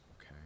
Okay